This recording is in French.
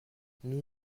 nous